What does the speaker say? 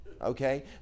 Okay